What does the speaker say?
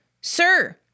Sir